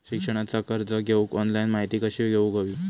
शिक्षणाचा कर्ज घेऊक ऑनलाइन माहिती कशी घेऊक हवी?